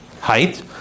height